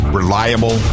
reliable